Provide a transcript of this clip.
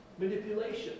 manipulation